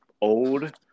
old